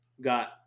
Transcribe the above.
got